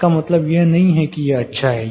इसका मतलब यह नहीं है कि यह अच्छा है